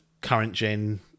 current-gen